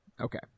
okay